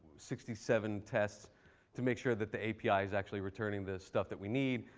sixty seven tests to make sure that the api is actually returning this stuff that we need.